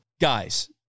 Guys